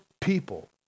people